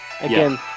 again